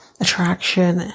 attraction